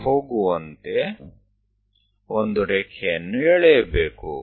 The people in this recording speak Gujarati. એક લીટી દોરો કે જે C પાસે 1 થી થઈને જાય છે